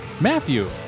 Matthew